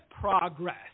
progress